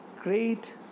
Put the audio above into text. great